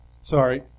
Sorry